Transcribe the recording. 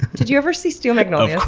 did you ever see steel magnolias? of